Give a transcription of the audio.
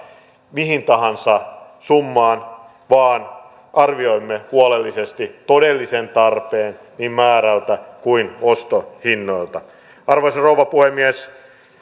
mihin tahansa summaan vaan arvioimme huolellisesti todellisen tarpeen niin määrältä kuin ostohinnoilta arvoisa rouva puhemies